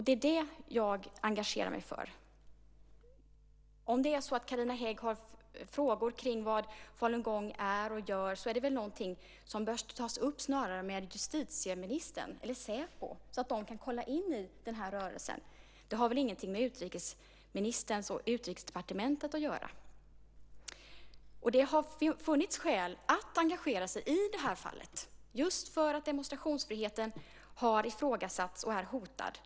Det är vad jag engagerar mig för. Om det är så att Carina Hägg har frågor om vad falungong är och gör är det något som snarare bör tas upp med justitieministern eller Säpo så att de kan titta på rörelsen. Det har väl ingenting med utrikesministern och Utrikesdepartementet att göra. Det har funnits skäl att engagera sig i det här fallet just därför att demonstrationsfriheten har ifrågasatts och är hotad.